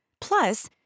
Plus